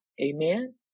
Amen